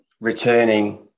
returning